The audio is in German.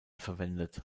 verwendet